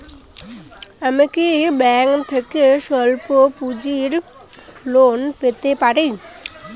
আমি কি ব্যাংক থেকে স্বল্প পুঁজির লোন পেতে পারি?